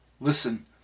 Listen